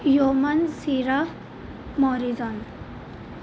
ਯੋਮਨ ਸੀਰਾ ਮੋਰੇਜ਼ੋਨ